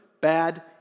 bad